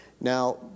Now